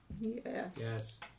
yes